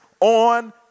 on